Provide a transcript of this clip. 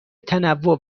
تنوع